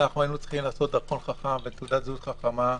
שהיינו צריכים לעשות דרכון חכם ותעודת זהות חכמה,